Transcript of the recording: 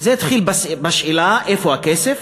זה התחיל בשאלה איפה הכסף,